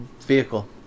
vehicle